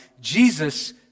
Jesus